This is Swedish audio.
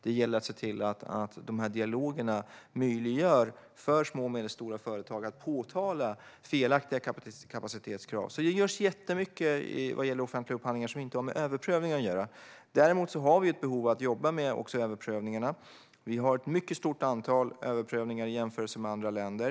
Det gäller att se till att de här dialogerna möjliggör för små och medelstora företag att påtala felaktiga kapacitetskrav. Det görs mycket vad gäller offentliga upphandlingar som inte har med överprövningar att göra. Däremot finns ett behov av att jobba med frågan om överprövningarna. Det sker ett mycket stort antal överprövningar i jämförelse med andra länder.